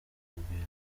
urugwiro